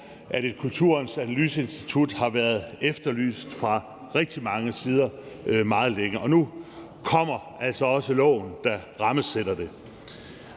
for kulturen har været efterlyst fra rigtig mange sider meget længe, og nu kommer altså også loven, der rammesætter det.